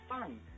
fun